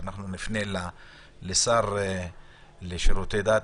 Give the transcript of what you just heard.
שאנחנו נפנה לשר החדש לשירותי דת,